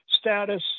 status